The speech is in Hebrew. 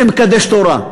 שמקדש תורה.